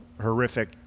horrific